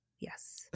Yes